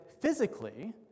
physically